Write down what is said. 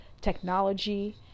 technology